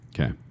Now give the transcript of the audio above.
Okay